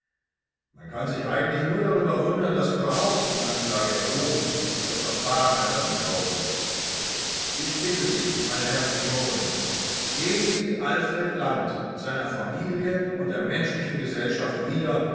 man kann sich eigentlich nur darüber wundern daß überhaupt die anklage erhoben und das verfahren eröffnet worden ist ich bitte sie meine herren geschworenen geben sie alfred land seiner familie und der menschlichen gesellschaft wieder